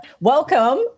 welcome